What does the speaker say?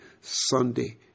Sunday